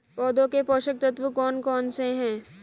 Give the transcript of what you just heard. पौधों के पोषक तत्व कौन कौन से हैं?